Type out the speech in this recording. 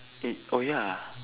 oh ya